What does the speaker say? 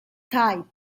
type